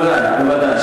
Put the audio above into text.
בוודאי, בוודאי.